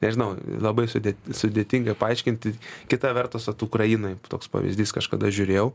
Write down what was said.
nežinau labai sudėt sudėtinga paaiškinti kita vertus ot ukrainai toks pavyzdys kažkada žiūrėjau